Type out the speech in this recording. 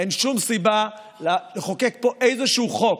אין שום סיבה לחוקק פה איזשהו חוק